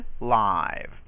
live